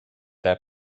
their